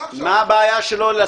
מה הבעיה שלו?